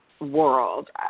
world